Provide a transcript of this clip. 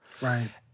Right